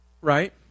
right